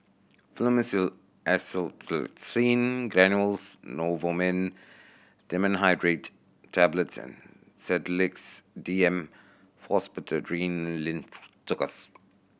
Fluimucil Acetylcysteine Granules Novomin Dimenhydrinate Tablets and Sedilix D M Pseudoephrine Linctus